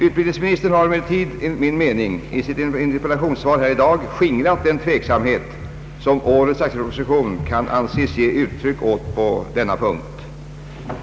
Utbildningsministern har emellertid, enligt min mening, i sitt interpellationssvar i dag skingrat den tveksamhet som årets statsverksproposition kan anses ge uttryck åt på denna punkt.